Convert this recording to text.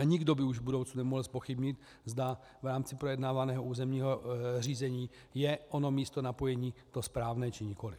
Nikdo by už v budoucnu nemohl zpochybnit, zda v rámci projednávaného územního řízení je ono místo napojení to správné, či nikoliv.